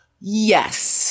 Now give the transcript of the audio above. Yes